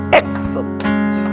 excellent